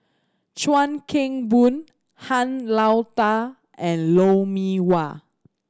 Chuan Keng Boon Han Lao Da and Lou Mee Wah